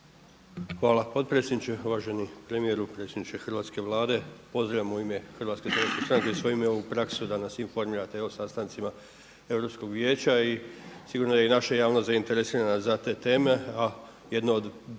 Hvala potpredsjedniče. Uvaženi premijeru, predsjedniče hrvatske Vlade. Pozdravljam u ime HSS-a i u svoje ime ovu praksu da nas informirate o sastancima Europskog vijeća i sigurno da je i naša javnost zainteresirana za te teme. A jedno od